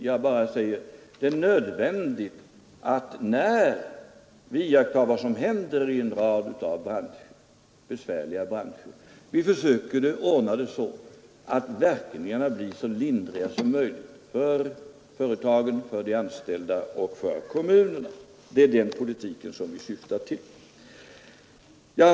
Jag vill bara poängtera att det är nödvändigt att vi, när vi iakttar vad som händer i en rad besvärliga branscher, försöker ordna det så att verkningarna blir så lindriga som möjligt för företagen, för de anställda och för samhället. Det är den politiken som vi syftar till.